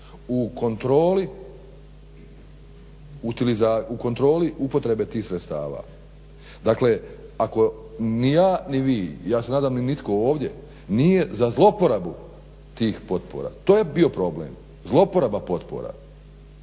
u kontroli upotrebe tih sredstava. Dakle, ako ni ja ni vi, ja se nadam ni itko ovdje nije za zlouporabu tih potpora. To je bio problem, zlouporaba potpora.